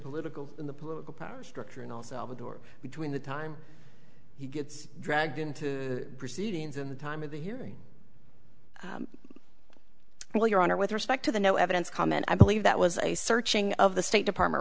political in the political power structure and also a door between the time he gets dragged into the proceedings and the time of the hearing well your honor with respect to the no evidence comment i believe that was a searching of the state department